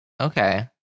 Okay